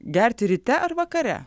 gerti ryte ar vakare